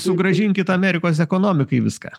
sugrąžinkit amerikos ekonomikai viską